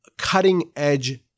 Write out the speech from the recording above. cutting-edge